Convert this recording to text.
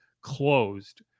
closed